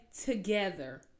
together